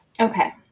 Okay